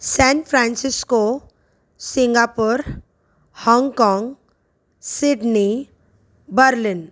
San Francisco Singapore Hong Kong Sydney Berlin